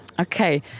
okay